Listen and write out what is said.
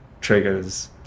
triggers